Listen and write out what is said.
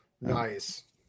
nice